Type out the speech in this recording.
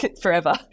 forever